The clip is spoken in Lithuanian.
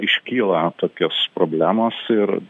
iškyla tokios problemos ir